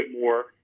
more